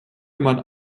man